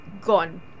gone